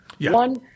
One